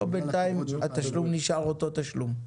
בינתיים התשלום נשאר אותו תשלום.